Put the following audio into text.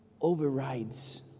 overrides